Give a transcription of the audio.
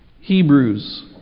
Hebrews